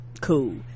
cool